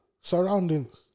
surroundings